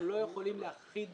אנחנו לא יכולים להכחיד